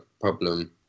problem